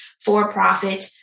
for-profit